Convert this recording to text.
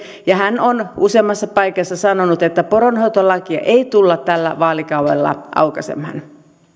ja hän on useammassa paikassa sanonut että poronhoitolakia ei tulla tällä vaalikaudella aukaisemaan